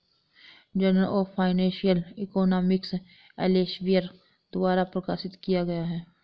journal of financial economics Elsevier द्वारा प्रकाशित किया गया हैं